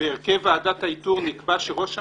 ובהרכב ועדת האיתור נקבע שראש הממשלה,